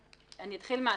אני אתחיל מהסוף,